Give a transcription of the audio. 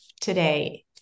today